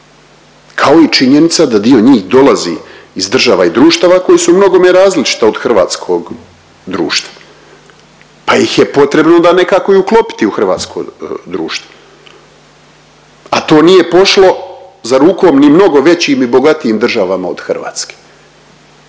kao i činjenica da dio njih dolazi iz država i društava koji su u mnogome različita od hrvatskog društva, pa ih je potrebno onda nekako i uklopiti u hrvatsko društvo, a to nije pošlo za rukom ni mnogo većim i bogatijim državama od Hrvatske